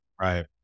Right